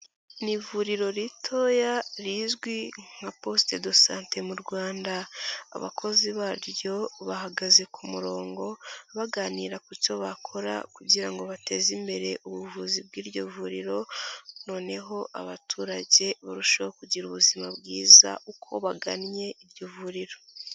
Ni ivuriro ritoya rizwi nka poste de sante mu Rwanda. Abakozi baryo bahagaze ku murongo, baganira ku cyo bakora kugira ngo bateze imbere ubuvuzi bw'iryo vuriro noneho abaturage barusheho kugira ubuzima bwiza uko bagannye iryo vuriro.